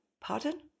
pardon